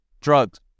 Drugs